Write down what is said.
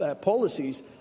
policies